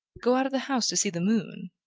go out of the house to see the moon,